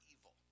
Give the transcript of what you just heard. evil